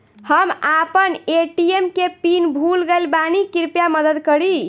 हम आपन ए.टी.एम के पीन भूल गइल बानी कृपया मदद करी